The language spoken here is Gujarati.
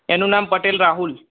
એનું નામ પટેલ રાહુલ